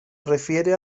refiere